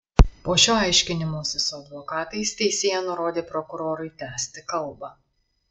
po šio aiškinimosi su advokatais teisėja nurodė prokurorui tęsti kalbą